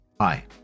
Hi